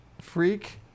Freak